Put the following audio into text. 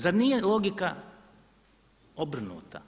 Zar nije logika obrnuta,